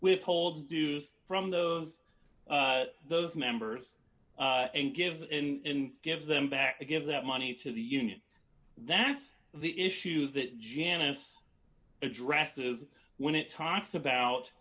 withhold dues from those those members and give in give them back to give that money to the union that's the issue that janice addresses when it talks about